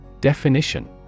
Definition